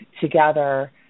together